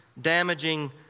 damaging